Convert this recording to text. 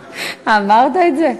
אמרתי את זה.